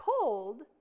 cold